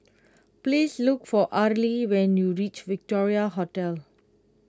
please look for Arly when you reach Victoria Hotel